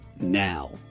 Now